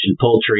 poultry